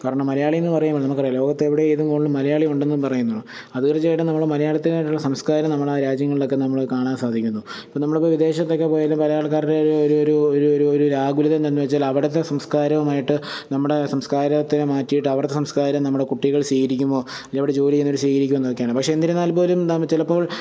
കാരണം മലയാളി എന്ന് പറയുമ്പോൾ നമുക്ക് അറിയാം ലോകത്ത് എവിടെ ഏത് കോണിലും മലയാളി ഉണ്ടെന്നും പറയുന്നു അത് തീർച്ചയായിട്ടും നമ്മൾ മലയാളിക്ക് അവരുടെ സംസ്കാരം നമ്മൾ തീർച്ചയായും രാജ്യങ്ങളിലൊക്കെ നമ്മൾ കാണാൻ സാധിക്കുന്നു നമ്മൾ ഇപ്പോൾ വിദേശത്ത് ഒക്കെ പോയാലും പല ആൾക്കാർക്കും ഒരു ഒരു ഒരു ഒരു ഒരു ഒരു ആകുലത എന്തെന്ന് വച്ചാൽ അവിടത്തെ സംസ്കാരവുമായിട്ട് നമ്മുടെ സംസ്കാരത്തെ മാറ്റിയിട്ട് അവിടത്തെ സംസ്കാരം നമ്മടെ കുട്ടികൾ സ്വീകരിക്കുമോ അവിടെ ജോലിന്നെടം സ്വീകരിക്കുംപ്പ് എന്നൊക്കെയാണ് പക്ഷെ എന്നിരുന്നാൽ പോലും നമ്മൾ ചിലപ്പോൾ